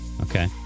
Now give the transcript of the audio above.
Okay